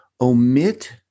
omit